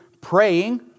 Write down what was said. praying